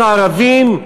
הערביים